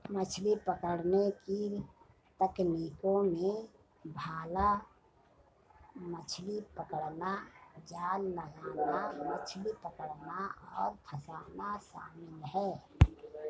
मछली पकड़ने की तकनीकों में भाला मछली पकड़ना, जाल लगाना, मछली पकड़ना और फँसाना शामिल है